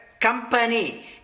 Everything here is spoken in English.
company